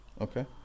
Okay